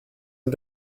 and